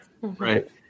Right